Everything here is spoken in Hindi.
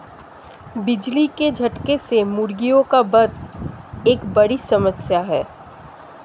बिजली के झटके से मुर्गियों का वध एक बड़ी समस्या है